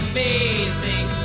Amazing